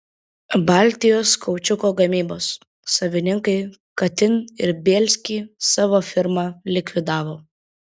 baltijos kaučiuko gamybos savininkai katin ir bielsky savo firmą likvidavo